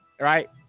right